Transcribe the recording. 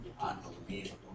Unbelievable